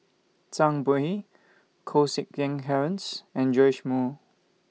Zhang Bohe Koh Seng Kiat Terence and Joash Moo